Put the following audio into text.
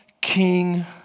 king